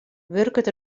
wurket